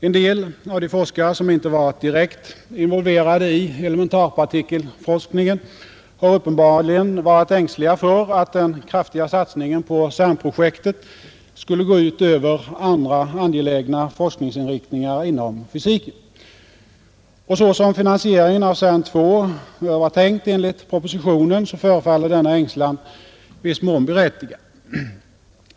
En del av de forskare som inte varit direkt involverade i elementarpartikelfysiken har uppenbarligen varit ängsliga för att den kraftiga satsningen på CERN-projekten skulle gå ut över andra angelägna forskningsinriktningar inom fysiken. Och så som finansieringen av CERN II är tänkt enligt propositionen så förefaller denna ängslan i viss mån berättigad.